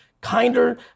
kinder